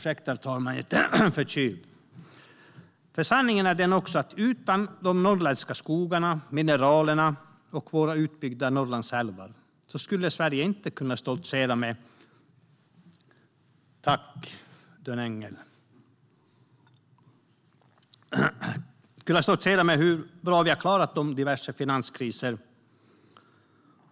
Sanningen är också den att utan de norrländska skogarna, mineralerna och våra utbyggda Norrlandsälvar skulle Sverige inte kunna stoltsera med hur bra vi har klarat oss från diverse finanskriser.